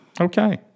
Okay